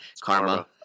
Karma